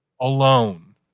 alone